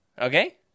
Okay